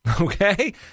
Okay